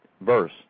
verse